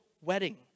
wedding